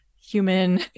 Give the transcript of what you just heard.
human